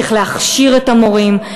צריך להכשיר את המורים,